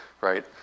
right